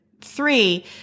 three